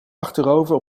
achterover